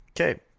Okay